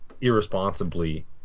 irresponsibly